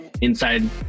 inside